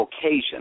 occasion